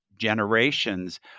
generations